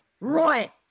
Right